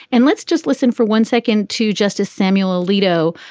and let's just listen for one second to justice samuel alito.